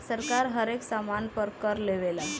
सरकार हरेक सामान पर कर लेवेला